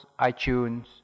iTunes